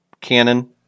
canon